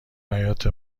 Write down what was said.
حیاط